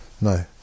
No